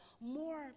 more